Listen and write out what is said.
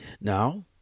Now